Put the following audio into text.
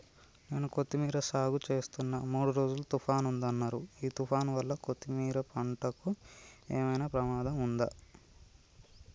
నేను కొత్తిమీర సాగుచేస్తున్న మూడు రోజులు తుఫాన్ ఉందన్నరు ఈ తుఫాన్ వల్ల కొత్తిమీర పంటకు ఏమైనా ప్రమాదం ఉందా?